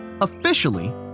Officially